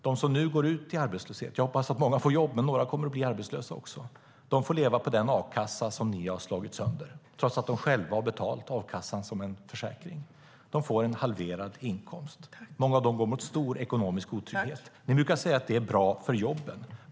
De som nu går ut i arbetslöshet - jag hoppas att många får jobb, men några kommer att bli arbetslösa - får leva på den a-kassa som ni har slagit sönder, trots att de själva har betalat a-kassan som en försäkring. De får en halverad inkomst. Många av dem går mot stor ekonomisk otrygghet. Ni brukar säga att det är bra för jobben.